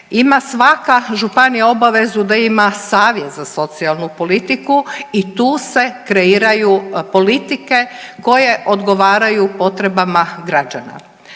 Ima svaka županija obavezu da ima savjet za socijalnu politiku i tu se kreiraju politike koje odgovaraju potrebama građana.